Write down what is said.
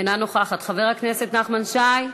אינה נוכחת, חבר הכנסת נחמן שי,